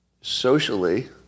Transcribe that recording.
Socially